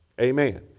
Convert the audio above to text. Amen